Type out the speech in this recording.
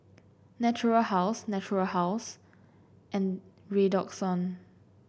Natura House Natura House and Redoxon